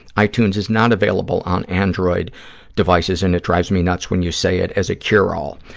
ah itunes is not available on android devices and it drives me nuts when you say it as a cure-all.